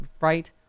right